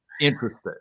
interested